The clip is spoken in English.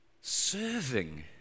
serving